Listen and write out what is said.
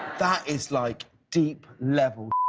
that is, like, deep level